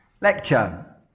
lecture